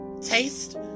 taste